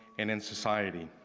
and in society.